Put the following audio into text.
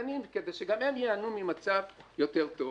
קטנים כדי שגם הם ייהנו ממצב יותר טוב.